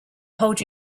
hold